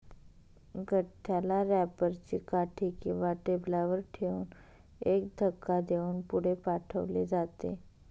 गठ्ठ्याला रॅपर ची काठी किंवा टेबलावर ठेवून एक धक्का देऊन पुढे पाठवले जाते